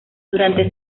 durante